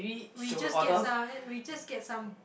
we just get some uh we just get some